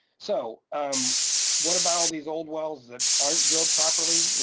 so um what about all these old wells that aren't drilled properly?